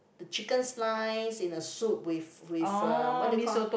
the chicken slice in a soup with with uh what do you call ah